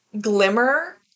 glimmer